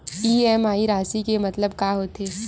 EMI राशि के मतलब का होथे?